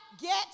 get